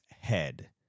head